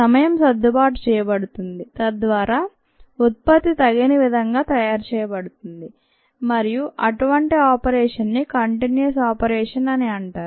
సమయం సర్దుబాటు చేయబడుతుంది తద్వార ఉత్పత్తి తగిన విధంగా తయారు చేయబడుతుంది మరియు అటువంటి ఆపరేషన్ని కంటిన్యూయస్ ఆపరేషన్ అని అంటారు